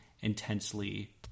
intensely